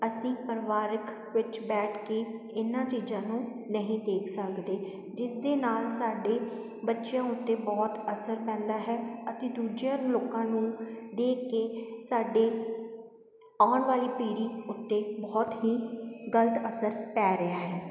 ਅਸੀਂ ਪਰਿਵਾਰ ਵਿੱਚ ਬੈਠ ਕੇ ਇਨ੍ਹਾਂ ਚੀਜ਼ਾਂ ਨੂੰ ਨਹੀਂ ਦੇਖ ਸਕਦੇ ਜਿਸ ਦੇ ਨਾਲ਼ ਸਾਡੇ ਬੱਚਿਆਂ ਉੱਤੇ ਬਹੁਤ ਅਸਰ ਪੈਂਦਾ ਹੈ ਅਤੇ ਦੂਜਿਆਂ ਲੋਕਾਂ ਨੂੰ ਦੇਖ ਕੇ ਸਾਡੀ ਆਉਣ ਵਾਲ਼ੀ ਪੀੜ੍ਹੀ ਉੱਤੇ ਬਹੁਤ ਹੀ ਗਲਤ ਅਸਰ ਪੈ ਰਿਹਾ ਹੈ